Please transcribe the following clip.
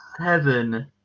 seven